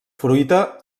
fruita